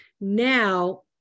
Now